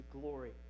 glory